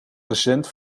recent